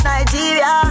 Nigeria